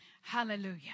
Hallelujah